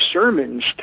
sermons